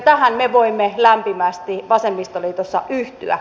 tähän me voimme lämpimästi vasemmistoliitossa yhtyä